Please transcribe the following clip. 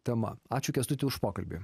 tema ačiū kęstuti už pokalbį